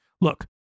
Look